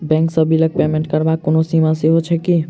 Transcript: Bank सँ बिलक payment करबाक कोनो सीमा सेहो छैक की?